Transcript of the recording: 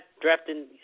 drafting